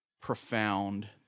profound